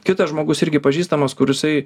kitas žmogus irgi pažįstamas kur jisai